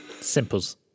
Simples